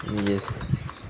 yes